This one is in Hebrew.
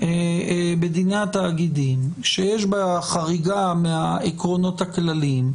בדיני התאגידים שיש בה חריגה מהעקרונות הכלליים,